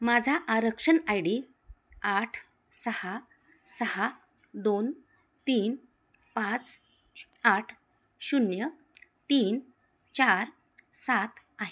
माझा आरक्षण I D आठ सहा सहा दोन तीन पाच आठ शून्य तीन चार सात आहे